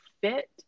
fit